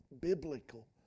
biblical